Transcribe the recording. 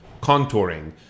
contouring